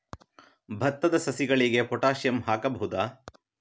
ಭತ್ತದ ಸಸಿಗಳಿಗೆ ಪೊಟ್ಯಾಸಿಯಂ ಹಾಕಬಹುದಾ?